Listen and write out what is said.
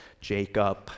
Jacob